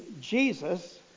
Jesus